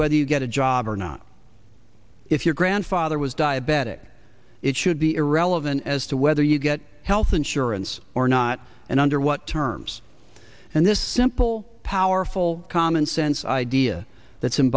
whether you get a job or not if your grandfather was diabetic it should be irrelevant as to whether you get health insurance or not and under what terms and this simple powerful common sense idea that some